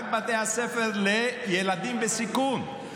רק בתי הספר לילדים בסיכון.